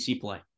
play